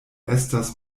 estas